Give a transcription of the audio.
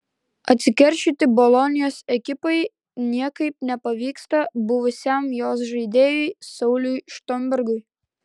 atsikeršyti bolonijos ekipai niekaip nepavyksta buvusiam jos žaidėjui sauliui štombergui